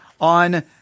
on